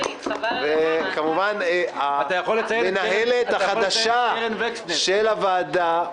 וכמובן המנהלת החדשה של הוועדה,